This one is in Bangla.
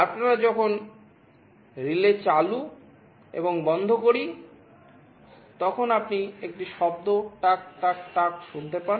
আমরা যখন রিলে চালু এবং বন্ধ করি তখন আপনি একটি শব্দ টাক টাক টাক শুনতে পান